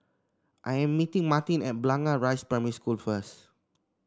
I am meeting Martin at Blangah Rise Primary School first